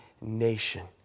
nation